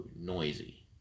noisy